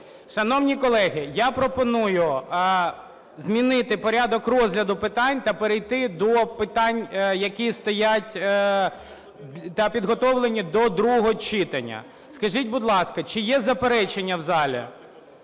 Шановні колеги, я пропоную змінити порядок розгляду питань та перейти до питань, які стоять та підготовлені до другого читання. Скажіть, будь ласка, чи є заперечення в залі?